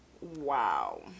Wow